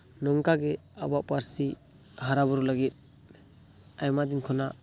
ᱱᱚᱝᱠᱟᱜᱮ ᱟᱵᱚᱣᱟᱜ ᱯᱟᱹᱨᱥᱤ ᱦᱟᱨᱟᱼᱵᱩᱨᱩ ᱞᱟᱹᱜᱤᱫ ᱟᱭᱢᱟ ᱫᱤᱱ ᱠᱷᱚᱱᱟᱜ